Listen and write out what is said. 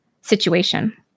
situation